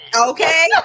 Okay